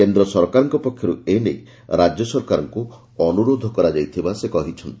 କେନ୍ଦ୍ର ସରକାରଙ୍କ ପକ୍ଷରୁ ଏ ନେଇ ରାଜ୍ୟ ସରକାରଙ୍କୁ ଅନୁରୋଧ କରାଯାଇଥିବା ସେ କହିଛନ୍ତି